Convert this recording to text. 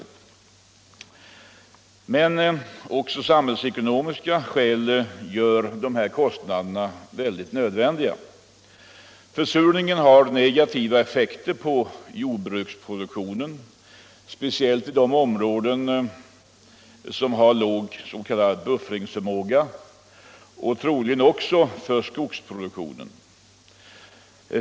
Men också samhällsekonomiska skäl gör dessa kostnader nödvändiga. Försurningen har negativa effekter på jordbruksproduktionen, speciellt i områden som har låg s.k. buffringsförmåga, och troligen också för skogsproduktionen.